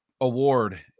award